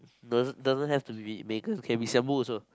doesn't doesn't have to be Megan okay we siam bu also